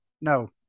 no